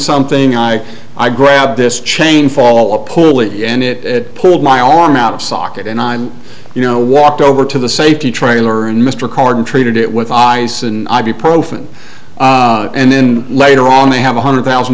something i i grabbed this chain fall a pulley and it pulled my arm out of socket and i'm you know walked over to the safety trailer and mr carden treated it with ice and ibuprofen and then later on they have a hundred thousand